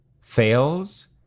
fails